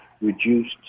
reduced